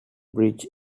bridge